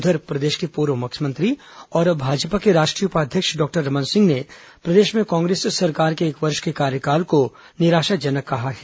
उधर प्रदेश के पूर्व मुख्यमंत्री और भाजपा के राष्ट्रीय उपाध्यक्ष डॉक्टर रमन सिंह ने प्रदेश में कांग्रेस सरकार के एक वर्ष के कार्यकाल को निराशाजनक कहा है